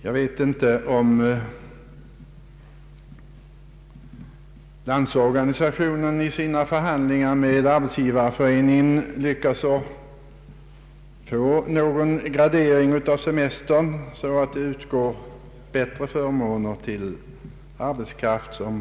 Jag vet inte om Landsorganisationen i sina förhandlingar med Arbetsgivareföreningen lyckas att få till stånd någon gradering av semestern som leder till bättre förmåner för äldre arbetskraft.